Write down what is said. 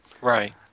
Right